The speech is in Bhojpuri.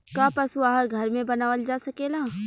का पशु आहार घर में बनावल जा सकेला?